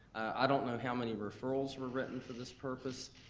i don't know how many referrals were written for this purpose,